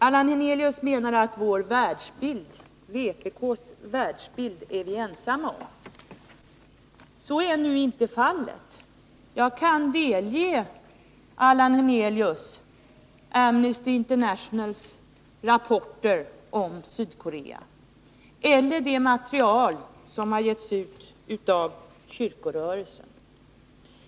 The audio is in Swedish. Allan Hernelius menar att vpk är ensam om sin världsbild. Så är nu inte fallet. Jag kan delge Allan Hernelius Amnesty Internationals rapporter om Sydkorea eller det material som har getts ut av kyrkorörelsen.